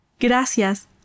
Gracias